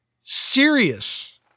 serious